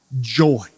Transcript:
joy